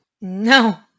no